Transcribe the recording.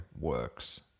works